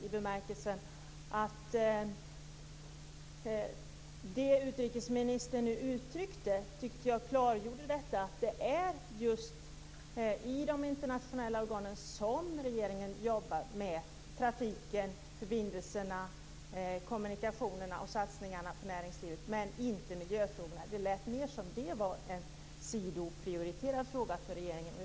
Jag tycker att det utrikesministern nu uttryckte klargjorde att det är just i de internationella organen som regeringen jobbar med trafiken, förbindelserna, kommunikationerna och satsningarna på näringslivet och inte med miljöfrågorna. Det lät mer som om det var en sidoprioriterad fråga för regeringen.